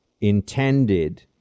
intended